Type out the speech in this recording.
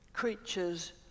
creatures